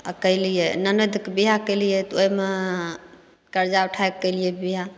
आओर कयलियै ननदके बियाह कयलियै तऽ ओइमे कर्जा उठाइके कयलियै बियाह